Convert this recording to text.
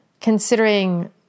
considering